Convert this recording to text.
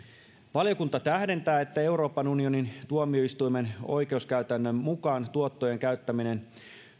valiokunta tähdentää että euroopan unionin tuomioistuimen oikeuskäytännön mukaan tuottojen käyttäminen